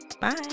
Bye